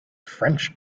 french